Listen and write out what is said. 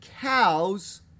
cows